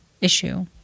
issue